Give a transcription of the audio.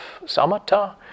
samatha